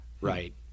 right